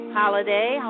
holiday